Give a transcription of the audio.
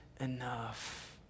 enough